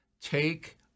take